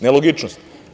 Nelogičnost.